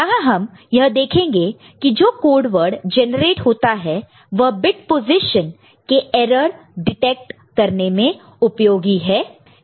यहां हम यह देखेंगे की जो कोडवर्ड जनरेट होता है वह बिट पोजीशन के एरर डिटेक्ट करने में उपयोगी है